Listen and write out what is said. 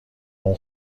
اون